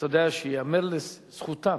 אתה יודע שייאמר לזכותם